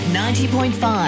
90.5